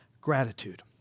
Gratitude